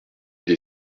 des